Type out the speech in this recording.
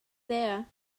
there